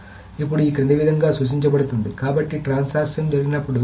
కాబట్టి ఇప్పుడు ఈ క్రింది విధంగా సూచించబడుతుంది ట్రాన్సాక్షన్ జరిగినప్పుడు